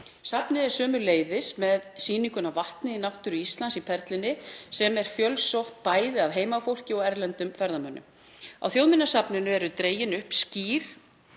Safnið er sömuleiðis með sýninguna Vatnið í náttúru Íslands, í Perlunni, sem er fjölsótt bæði af heimafólki og erlendum ferðamönnum. Á Þjóðminjasafninu er dregin upp skýr